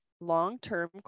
long-term